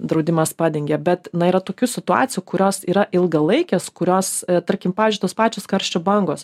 draudimas padengia bet na yra tokių situacijų kurios yra ilgalaikės kurios tarkim pavyzdžiui tos pačios karščio bangos